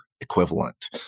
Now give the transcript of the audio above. equivalent